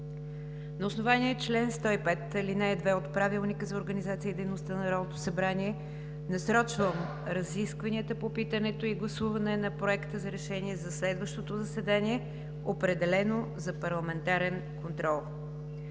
На основание чл. 105, ал. 2 от Правилника за организацията и дейността на Народното събрание насрочвам разискванията по питането и гласуване на Проекта за решение за следващото заседание, определено за парламентарен контрол.